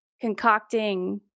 concocting